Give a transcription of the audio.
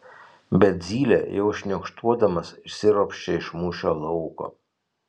bet zylė jau šniokštuodamas išsiropščia iš mūšio lauko